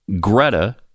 Greta